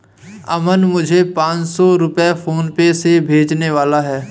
अमन मुझे पांच सौ रुपए फोनपे से भेजने वाला है